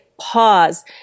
pause